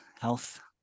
health